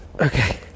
Okay